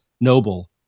noble